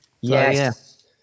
yes